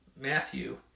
Matthew